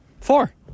Four